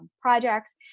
projects